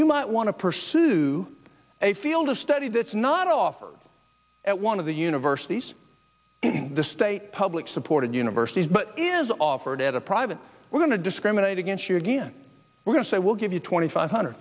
you might want to pursue a field of study that's not offered at one of the universities the state public supported universities but is offered at a private we're going to discriminate against you again we're going to say we'll give you twenty five hundred